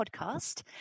podcast